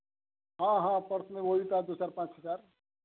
हाँ हाँ पर्स में वही था दो चार पाँच हज़ार